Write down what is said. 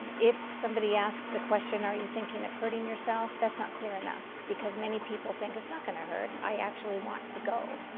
if somebody asks the question, are you thinking of hurting yourself, that's not clear enough. because many people think it's not going to hurt. i actually want to go.